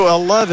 11